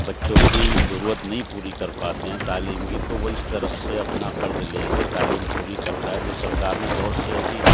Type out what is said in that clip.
بچوں کی ضرورت نہیں پوری کر پاتے ہیں تعلیم کی تو وہ اس طرف سے اپنا قرض لے کے تعلیم پوری کرتا ہے جو سر کار نے بہت سی ایسی